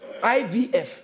IVF